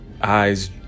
eyes